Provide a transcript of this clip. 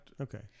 Okay